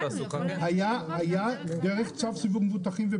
היה פתרון דרך צו סיווג מבוטחים.